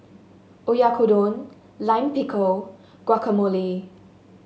Oyakodon Lime Pickle Guacamole